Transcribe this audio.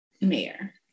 mayor